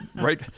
right